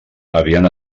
havien